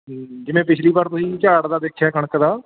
ਜਿਵੇਂ ਪਿਛਲੀ ਵਾਰ ਤੁਸੀਂ ਝਾੜ ਦਾ ਦੇਖਿਆ ਕਣਕ ਦਾ